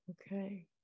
Okay